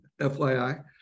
FYI